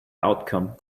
outcome